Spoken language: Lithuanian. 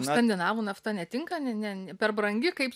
skandinavų nafta netinka ne ne per brangi kaip